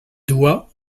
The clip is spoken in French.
doigts